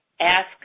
ask